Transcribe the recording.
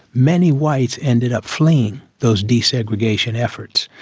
many whites ended up fleeing those desegregation efforts.